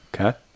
Okay